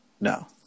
No